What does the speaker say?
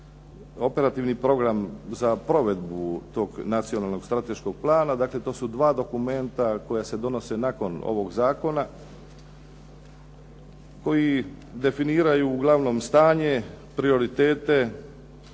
operativni program za provedbu tog nacionalnog strateškog plana. Dakle, to su dva dokumenta koja se donose nakon ovog zakona koji definiraju uglavnom stanje, prioritete,